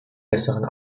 besseren